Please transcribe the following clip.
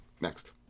Next